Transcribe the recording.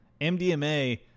MDMA